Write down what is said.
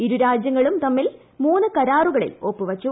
ഇരുരാജ്യങ്ങളും തമ്മിൽ മൂന്ന് കരാറുകളിൽ ഒപ്പുവച്ചു